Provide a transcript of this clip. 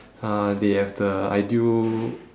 uh they have the ideal